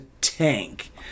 tank